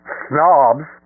snobs